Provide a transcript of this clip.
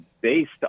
based